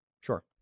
Sure